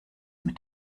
mit